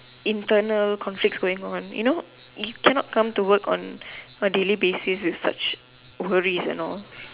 internal conflicts going on you know you cannot come to work on a daily basis with such worries and all